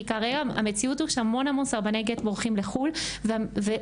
כי כרגע המציאות היא שהמון סרבני גט בורחים לחו"ל וזה